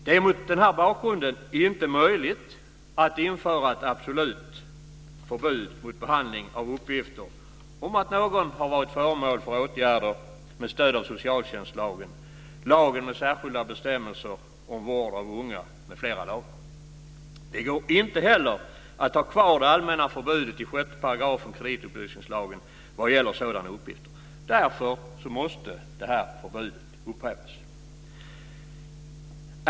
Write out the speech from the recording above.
Det är mot den här bakgrunden inte möjligt att införa ett absolut förbud mot behandling av uppgifter om att någon har varit föremål för åtgärder med stöd av socialtjänstlagen, lagen med särskilda bestämmelser om vård av unga m.fl. lagar. Det går inte heller att ha kvar det allmänna förbudet i 6 § kreditupplysningslagen vad gäller sådana uppgifter. Därför måste det här förbudet upphävas.